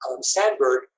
Sandberg